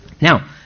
Now